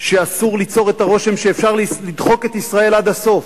שאסור ליצור את הרושם שאפשר לדחוק את ישראל עד הסוף,